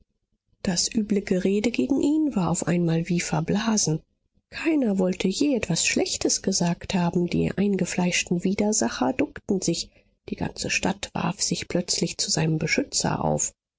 das üble gerede gegen ihn war auf einmal wie verblasen keiner wollte je etwas schlechtes gesagt haben die eingefleischten widersacher duckten sich die ganze stadt warf sich plötzlich zu seinem beschützer auf